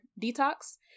detox